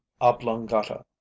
oblongata